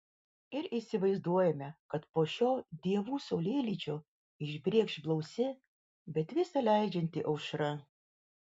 ir įsivaizduojame kad po šio dievų saulėlydžio išbrėkš blausi bet visa leidžianti aušra